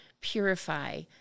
purify